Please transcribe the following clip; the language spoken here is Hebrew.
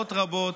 שעות רבות,